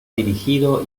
dirigido